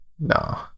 No